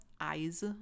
Eyes